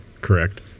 Correct